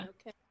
okay